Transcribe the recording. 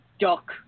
duck